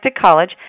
College